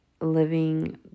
living